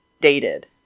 dated